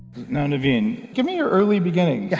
now naveen, give me your early beginnings,